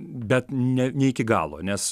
bet ne ne iki galo nes